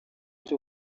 cyo